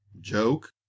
Joke